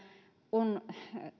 on